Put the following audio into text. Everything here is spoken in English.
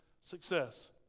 success